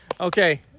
okay